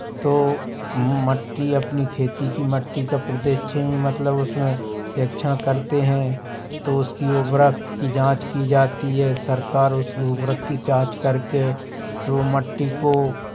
तो मट्टी अपनी खेती की मट्टी का प्रेक्षण मतलब उसमें प्रेक्षण करते हैं तो उसकी उर्वरक की जांच की जाती है सरकार उसको उर्वरक की जांच करके वो मट्टी को